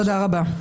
תודה רבה.